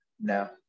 No